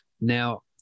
Now